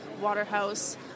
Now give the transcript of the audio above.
Waterhouse